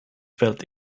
felt